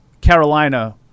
Carolina